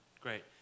Great